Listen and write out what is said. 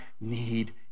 need